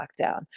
lockdown